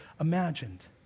imagined